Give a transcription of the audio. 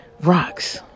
rocks